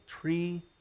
tree